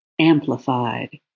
amplified